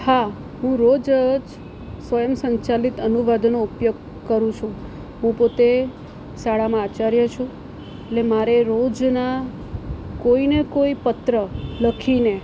હા હું રોજ સ્વયં સંચાલિત અનુવાદનો ઉપયોગ કરું છું હું પોતે શાળામાં આચાર્ય છું એટલે મારે રોજના કોઈને કોઈ પત્ર લખીને